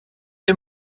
des